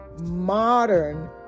modern